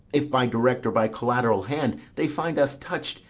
if by direct or by collateral hand they find us touch'd,